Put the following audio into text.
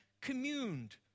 communed